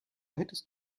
hättest